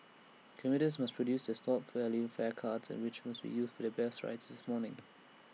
commuters must produce their stored value fare cards and which was used for their bus rides this morning